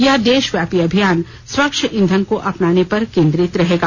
यह देशव्यापी अभियान स्वच्छ ईंधन को अपनाने पर केंद्रित रहेगा